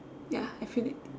ya I feel it